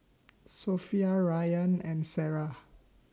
Sofea Rayyan and Sarah